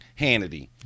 Hannity